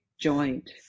joint